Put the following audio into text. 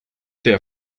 der